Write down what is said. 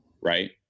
Right